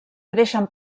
creixen